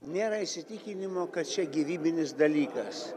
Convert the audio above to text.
nėra įsitikinimo kad čia gyvybinis dalykas